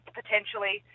potentially